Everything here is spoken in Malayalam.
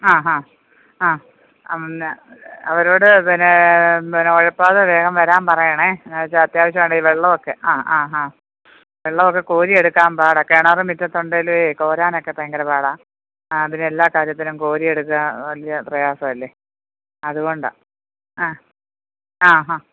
ആ ഹാ ആ പിന്നെ അവരോട് പിന്നെ ഉഴപ്പാതെ വേഗം വരാൻ പറയണേ എന്നാണെന്ന് വെച്ചാൽ അത്യാവശ്യവാണേ വെള്ളവൊക്കെ ആ ഹാ വെള്ളാവോക്കെ കോരി എടുക്കാൻ പാടാ കിണറ് മിറ്റത്തുണ്ടേലുവേ കോരാനൊക്കെ ഭയങ്കര പാടാണ് ആ പിന്നെ എല്ലാ കാര്യത്തിനും കോരി എടുക്കാൻ വലിയ പ്രയാസവല്ലേ അതുകൊണ്ടാണ് ആ ആ ഹാ